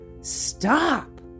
Stop